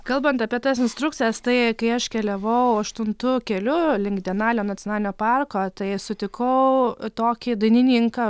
kalbant apie tas instrukcijas tai kai aš keliavau aštuntu keliu link denalio nacionalinio parko tai sutikau tokį dainininką